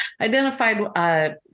identified